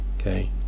Okay